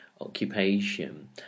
occupation